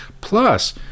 Plus